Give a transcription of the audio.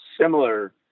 similar